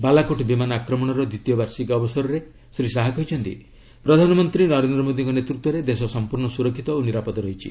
ବାଲାକୋଟ୍ ବିମାନ ଆକ୍ରମଣର ଦ୍ୱିତୀୟ ବାର୍ଷିକୀ ଅବସରରେ ଶ୍ରୀ ଶାହା କହିଛନ୍ତି ପ୍ରଧାନମନ୍ତ୍ରୀ ନରେନ୍ଦ୍ର ମୋଦିଙ୍କ ନେତୃତ୍ୱରେ ଦେଶ ସଂପୂର୍ଣ୍ଣ ସୁରକ୍ଷିତ ଓ ନିରାପଦ ରହିଛି